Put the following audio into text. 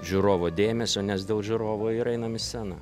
žiūrovo dėmesio nes dėl žiūrovo ir einam į sceną